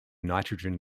nitrogen